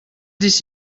this